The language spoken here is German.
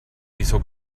wieso